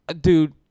dude